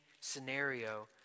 scenario